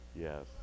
Yes